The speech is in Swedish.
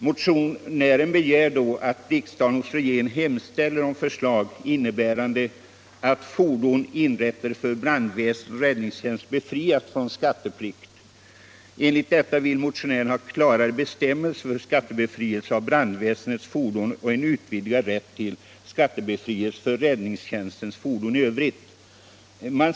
Motionären begär att riksdagen hos regeringen hemställer om förslag innebärande att fordon inrättade för brandväsende och räddningstjänst befrias från skatteplikt. Enligt detta vill motionären ha klarare bestämmelser för skattebefrielse av brandväsendets fordon och en utvidgad rätt till skattebefrielse för räddningstjänstens fordon i övrigt.